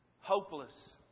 hopeless